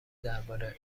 درباره